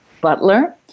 Butler